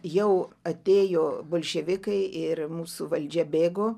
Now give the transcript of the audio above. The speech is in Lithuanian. jau atėjo bolševikai ir mūsų valdžia bėgo